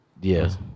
yes